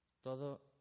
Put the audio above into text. Todo